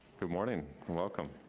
good morning and welcome.